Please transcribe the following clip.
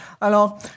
Alors